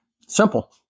Simple